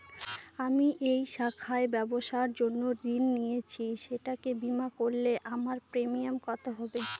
আমি এই শাখায় ব্যবসার জন্য ঋণ নিয়েছি সেটাকে বিমা করলে আমার প্রিমিয়াম কত হবে?